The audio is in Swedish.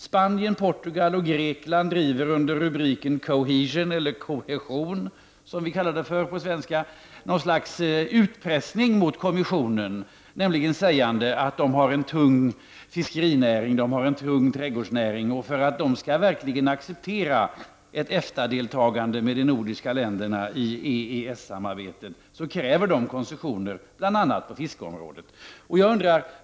Spanien, Portugal och Grekland driver under rubriken kohesion något slags utpressning mot kommissionen. De säger att de har en tung fiskerinäring och en tung trädgårdsnäring. För att de skall acceptera ett EFTA-deltagande med de nordiska länderna i EES samarbetet kräver de koncessioner bl.a. på fiskeområdet.